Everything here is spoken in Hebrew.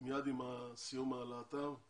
מייד עם סיום העלאתם;